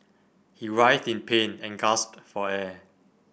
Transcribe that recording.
he writhed in pain and gasped for air